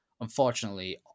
unfortunately